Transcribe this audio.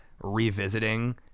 revisiting